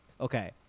Okay